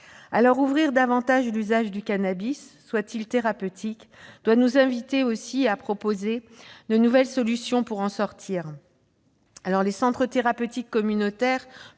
lors, ouvrir davantage l'usage du cannabis, soit-il thérapeutique, doit nous inciter à proposer, aussi, de nouvelles solutions pour en sortir. Les centres thérapeutiques communautaires